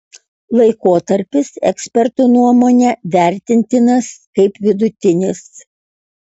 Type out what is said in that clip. laikotarpis ekspertų nuomone vertintinas kaip vidutinis